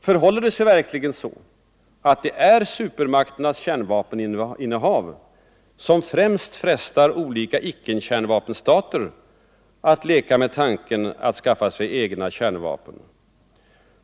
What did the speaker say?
Förhåller det sig verkligen så, att det är supermakternas kärnvapeninnehav som främst frestar olika icke-kärnvapenstater att leka med tanken att skaffa sig egna kärnvapen?